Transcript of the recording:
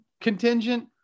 contingent